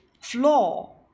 Floor